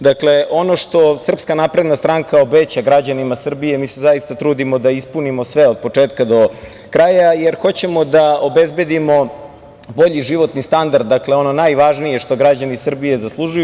Dakle, ono što SNS obeća građanima Srbije, mi se zaista trudimo da ispunimo sve od početka do kraja, jer hoćemo da obezbedimo bolji životni standard, dakle, ono najvažnije što građani Srbije zaslužuju.